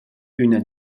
üna